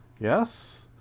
Yes